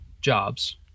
jobs